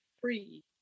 free